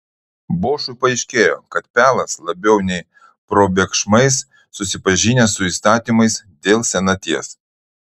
bošui paaiškėjo kad pelas labiau nei probėgšmais susipažinęs su įstatymais dėl senaties